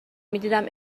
میدیدم